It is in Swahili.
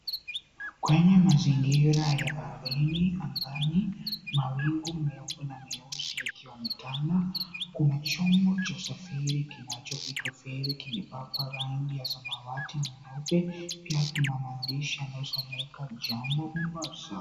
Kwenye mazingira ya baharini, angani, mawingu meupe na meusi yakionekana, kuna chombo cha usafiri kinachoitwa feri kimepakwa rangi ya samawati nyeupe, pia kuna maandishi yanayosomeka, Jambo Mombasa.